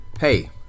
Hey